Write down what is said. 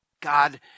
God